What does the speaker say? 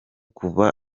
kuva